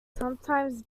sometimes